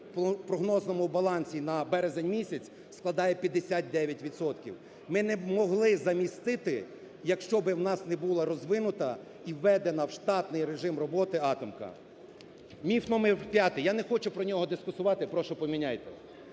по прогнозному балансі на березень місяць складає 59 відсотків. Ми не могли замістити, якщо би у нас не була розвинута і введена в штатний режим роботи атомка. Міф номер п'ятий. Я не хочу про нього дискутувати, прошу поміняйте.